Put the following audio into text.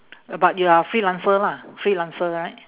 uh but you are a freelancer lah freelancer right